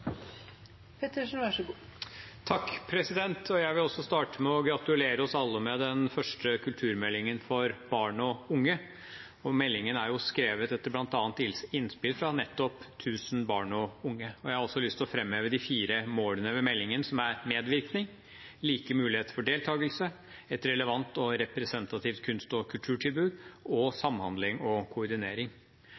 Jeg vil også starte med å gratulere oss alle med den første kulturmeldingen for barn og unge. Meldingen er skrevet etter bl.a. innspill fra nettopp tusen barn og unge. Jeg har også lyst til å framheve de fire målene med meldingen, som er medvirkning, like muligheter for deltakelse, et relevant og representativt kunst- og kulturtilbud og